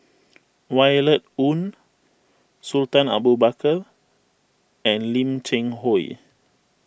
Violet Oon Sultan Abu Bakar and Lim Cheng Hoe